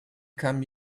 come